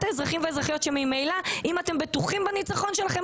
האזרחים והאזרחיות שממילא אם אתם בטוחים בניצחון שלכם,